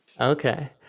Okay